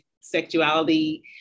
sexuality